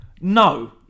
No